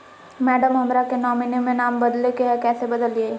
madam, हमरा के nominee में नाम बदले के हैं, कैसे बदलिए